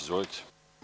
Izvolite.